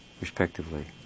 respectively